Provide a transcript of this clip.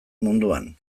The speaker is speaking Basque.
munduan